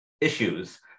issues